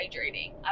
hydrating